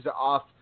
off